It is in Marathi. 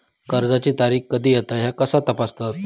कर्जाची तारीख कधी येता ह्या कसा तपासतत?